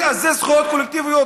תתנהלו כמו מדינה נורמלית,